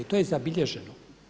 To je zabilježeno.